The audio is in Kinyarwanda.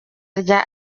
rya